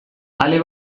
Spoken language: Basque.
ale